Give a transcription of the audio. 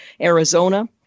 Arizona